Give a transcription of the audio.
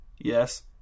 Yes